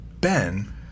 Ben